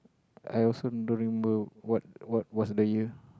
I also don't remember what what was the yield